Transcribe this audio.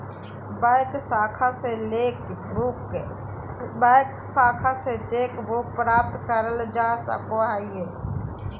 bank शाखा से cheque book प्राप्त करल जा सको हय